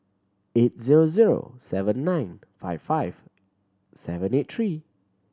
eight zero zero seven nine five five seven eight three